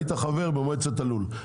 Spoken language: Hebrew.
היית חבר במועצת הלול.